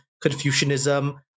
Confucianism